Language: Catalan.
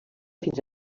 fins